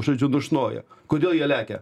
žodžiu dušnoja kodėl jie lekia